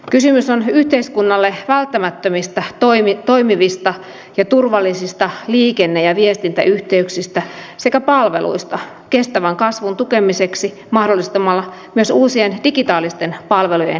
kysymys on yhteiskunnalle välttämättömistä toimivista ja turvallisista liikenne ja viestintäyhteyksistä sekä palveluista kestävän kasvun tukemiseksi mahdollistamalla myös uusien digitaalisten palvelujen käyttöympäristön